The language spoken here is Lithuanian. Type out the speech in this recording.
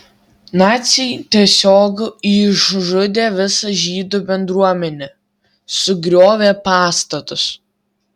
naciai tiesiog išžudė visą žydų bendruomenę sugriovė pastatus